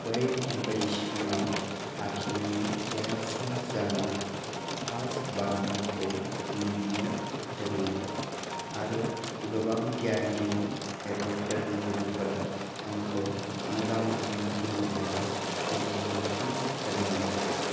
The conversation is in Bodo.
बै कम्पिटिस'न आव आखिनानै देरहासार जाना फार्स्ट बान्थाखौ मोननो हादोंमोन आरो गोबां गियानगिरि एबा फोरोंगिरिफोरा आंखौ मोजां मोजां गुन एबा थुलुंगाखां होदोंमोन